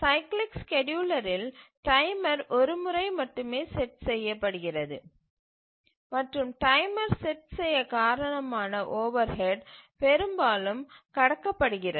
cyclic ஸ்கேட்யூலரில் timer ஒரு முறை மட்டுமே செட் செய்யப்படுகிறது மற்றும் டைமர் செட் செய்ய காரணமான ஓவர்ஹெட் பெரும்பாலும் கடக்கப்படுகிறது